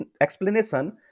explanation